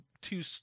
two